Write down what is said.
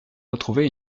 retrouver